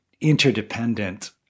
interdependent